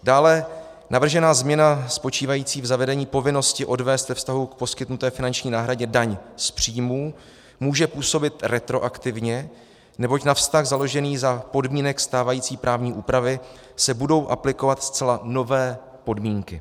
Dále navržená změna spočívající v zavedení povinnosti odvést ve vztahu k poskytnuté finanční náhradě daň z příjmů může působit retroaktivně, neboť na vztah založený za podmínek stávající právní úpravy se budou aplikovat zcela nové podmínky.